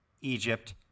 Egypt